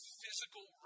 physical